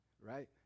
right